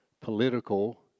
political